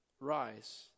rise